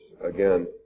again